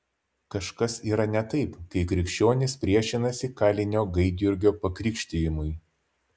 kažkas yra ne taip kai krikščionys priešinasi kalinio gaidjurgio pakrikštijimui